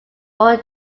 all